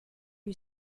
you